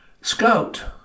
Scout